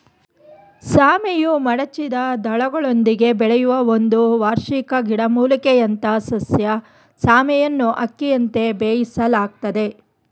ಸಾಮೆಯು ಮಡಚಿದ ದಳಗಳೊಂದಿಗೆ ಬೆಳೆಯುವ ಒಂದು ವಾರ್ಷಿಕ ಮೂಲಿಕೆಯಂಥಸಸ್ಯ ಸಾಮೆಯನ್ನುಅಕ್ಕಿಯಂತೆ ಬೇಯಿಸಲಾಗ್ತದೆ